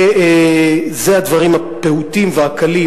אלה הדברים הפעוטים והקלים.